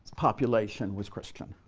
population was christian.